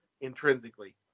intrinsically